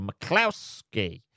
McCluskey